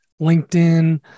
LinkedIn